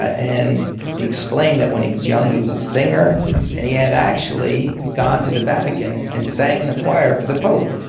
ah explained that when he was young, he was a singer and he had actually gone to the vatican and sang in a choir for the pope.